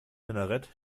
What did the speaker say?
minarett